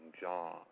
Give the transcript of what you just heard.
John